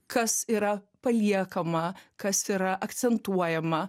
kas yra paliekama kas yra akcentuojama